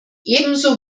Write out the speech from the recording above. ebenso